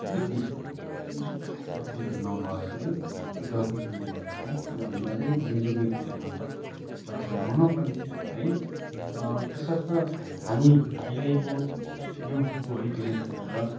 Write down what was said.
अलिकति एजुकेटेड पर्सनहरू नभए है त्यो डर्टी गेम भएको है किनभने अलिकति एजुकेटेड हो भने त डर्टी नहुनु पर्ने है अ त्यसर्थ हामी अहिलेको युगको है विशेष गरेर